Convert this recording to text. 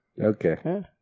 okay